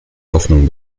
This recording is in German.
hoffnung